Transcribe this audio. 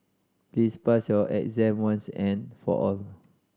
please pass your exam once and for all